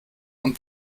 und